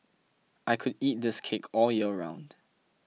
I could eat this cake all year round